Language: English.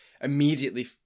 immediately